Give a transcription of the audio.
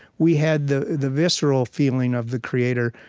we had the the visceral feeling of the creator,